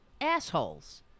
assholes